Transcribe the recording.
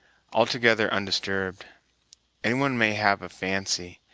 altogether undisturbed any one may have a fancy,